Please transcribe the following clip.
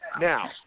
Now